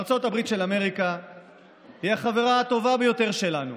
ארצות הברית של אמריקה היא החברה הטובה ביותר שלנו